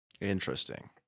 Interesting